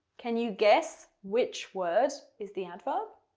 can you guess which word is the adverb?